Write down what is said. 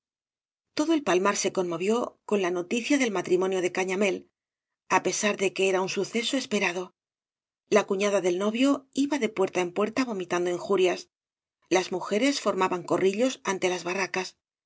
todo el palmar se conmovió con la noticia del matrimonio de cañamél á pesar de que era un suceso esperado la cufiada del novio iba de puerta en puerta vomitando injurias las mujeres formaban corrillos ante las barracas